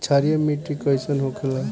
क्षारीय मिट्टी कइसन होखेला?